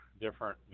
different